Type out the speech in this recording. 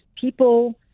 people